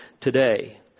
today